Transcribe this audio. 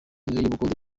y’ubukode